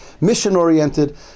mission-oriented